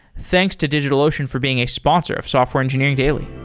thanks to digitalocean for being a sponsor of software engineering daily